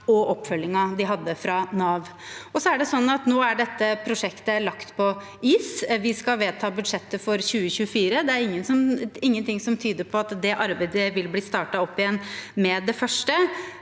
og oppfølgingen de hadde fra Nav. Nå er dette prosjektet lagt på is. Vi skal vedta budsjettet for 2024. Det er ingenting som tyder på at det arbeidet vil bli startet opp igjen med det første,